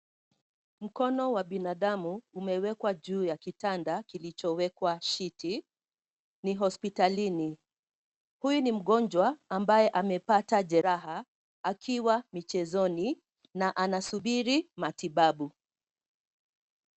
Mkono wa binadamu umewekwa juu ya kitanda kilichowekwa shiti . Ni hospitalini. Huyu ni mgonjwa ambaye amepata jeraha akiwa michezoni na anasubiri matibabu.